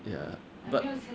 ya but